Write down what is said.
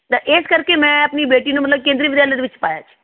ਤਾਂ ਇਸ ਕਰਕੇ ਮੈਂ ਆਪਣੀ ਬੇਟੀ ਨੂੰ ਮਤਲਬ ਕੇਂਦਰੀ ਵਿਦਿਆਲਿਆ ਦੇ ਵਿੱਚ ਪਾਇਆ ਜੀ